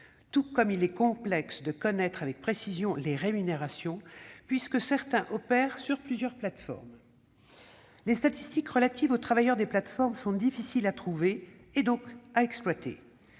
est tout aussi complexe de connaître avec précision les rémunérations, puisque certains opèrent sur plusieurs plateformes. Les statistiques relatives aux travailleurs des plateformes sont difficiles à trouver et donc à exploiter.